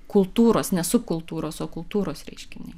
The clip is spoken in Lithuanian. kultūros ne subkultūros o kultūros reiškiniai